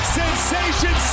sensation